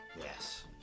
Yes